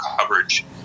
coverage